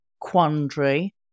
quandary